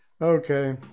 Okay